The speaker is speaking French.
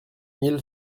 mille